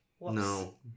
No